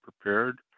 prepared